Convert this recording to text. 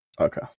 Okay